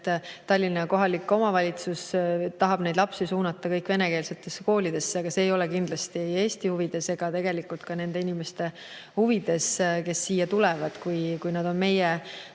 et kohalik omavalitsus tahab neid lapsi suunata venekeelsetesse koolidesse. Aga see ei ole kindlasti Eesti huvides ega tegelikult ka mitte nende inimeste huvides, kes siia tulevad. Kui nad on meie